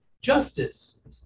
justice